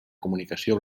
comunicació